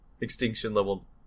extinction-level